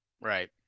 Right